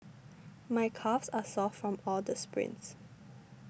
my calves are sore from all the sprints